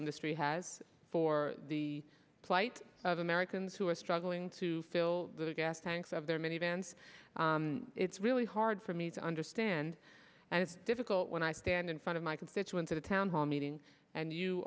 industry has for the plight of americans who are struggling to fill the gas tanks of their minivans it's really hard for me to understand and it's difficult when i stand in front of my constituents at a town hall meeting and you